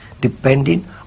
depending